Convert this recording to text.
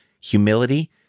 humility